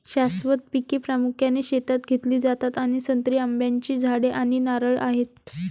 शाश्वत पिके प्रामुख्याने शेतात घेतली जातात आणि संत्री, आंब्याची झाडे आणि नारळ आहेत